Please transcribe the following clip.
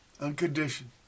unconditioned